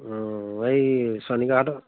অঁ এই চয়নিকাহঁতক